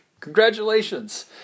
Congratulations